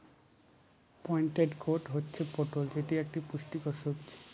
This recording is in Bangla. পয়েন্টেড গোর্ড হচ্ছে পটল যেটি এক পুষ্টিকর সবজি